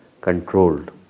controlled